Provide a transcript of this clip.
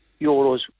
euros